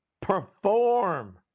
Perform